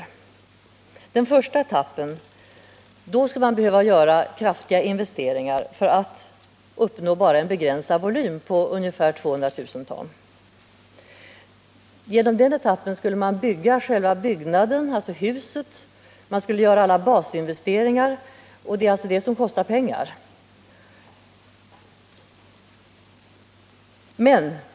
I den första etappen skulle man behöva göra kraftiga investeringar för att uppnå en begränsad volym på ungefär 200 000 ton. I den etappen skulle valsverksbyggnaden uppföras och alla basinvesteringar göras, och det är alltså detta som kostar pengar.